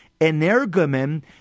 energumen